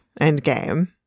Endgame